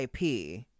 IP